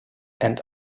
and